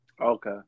Okay